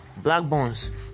blackbones